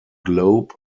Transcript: globe